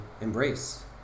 embrace